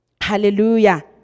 Hallelujah